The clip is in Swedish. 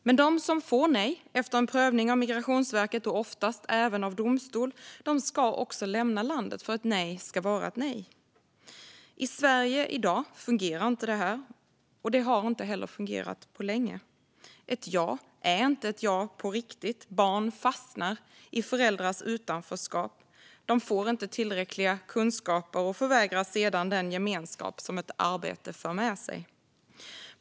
Men de som får nej, efter en prövning av Migrationsverket och oftast även av domstol, ska också lämna landet. Ett nej ska vara ett nej. I Sverige fungerar inte detta i dag, och det har inte heller fungerat på länge. Ett ja är inte ett ja på riktigt. Barn fastnar i föräldrars utanförskap. De får inte tillräckliga kunskaper och förvägras sedan den gemenskap som ett arbete för med sig.